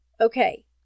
Okay